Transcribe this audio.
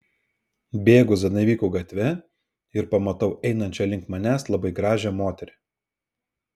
bėgu zanavykų gatve ir pamatau einančią link manęs labai gražią moterį